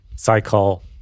cycle